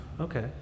Okay